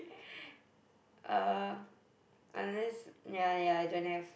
uh unless ya ya I don't have